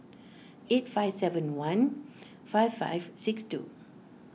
eight five seven one five five six two